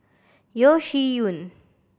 Yeo Shih Yun